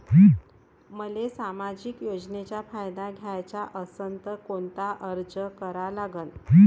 मले सामाजिक योजनेचा फायदा घ्याचा असन त कोनता अर्ज करा लागन?